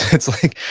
it's like,